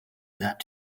that